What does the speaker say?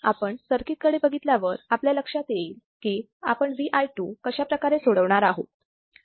आपण सर्किट कडे बघितल्यावर आपल्या लक्षात येईल की आपण V i2 कशाप्रकारे सोडवणार आहोत